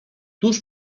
tuż